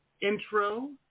intro